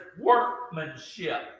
workmanship